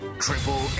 Triple